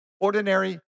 ordinary